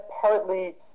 partly